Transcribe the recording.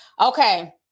Okay